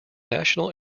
national